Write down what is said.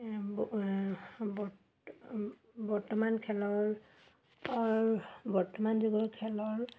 বৰ্ত বৰ্তমান খেলৰ অৰ বৰ্তমান যুগৰ খেলৰ